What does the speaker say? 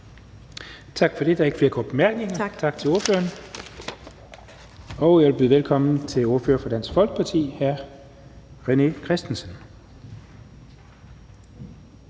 Tak for det. Der er ikke flere korte bemærkninger. Tak til ordføreren. Jeg vil byde velkommen til ordføreren for Dansk Folkeparti, hr. René Christensen.